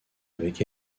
avec